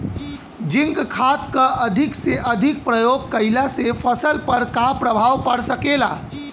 Zinc खाद क अधिक से अधिक प्रयोग कइला से फसल पर का प्रभाव पड़ सकेला?